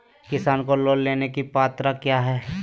किसान को लोन लेने की पत्रा क्या है?